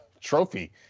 trophy